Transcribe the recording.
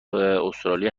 استرالیا